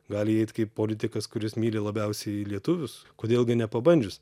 gali įeit kaip politikas kuris myli labiausiai lietuvius kodėl gi nepabandžius